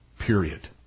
Period